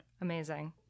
Amazing